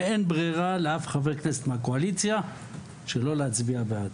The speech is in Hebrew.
ואין ברירה לאף חבר כנסת מהקואליציה שלא להצביע בעד.